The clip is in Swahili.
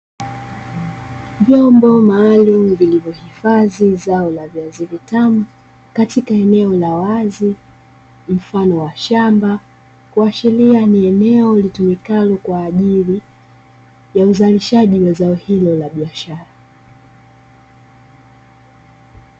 Vyombo maalum vilivyohifadhi zao la viazi vitamu katika eneo la wazi mfano wa shamba. Kuashiria ni eneo litumikalo kwa ajili ya uzalishaji wa zao hilo la biashara.